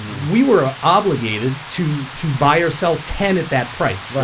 we were obligated to to buy or sell ten at that price.